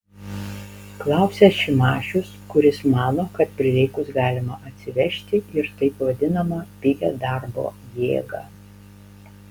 klausia šimašius kuris mano kad prireikus galima atsivežti ir taip vadinamą pigią darbo jėgą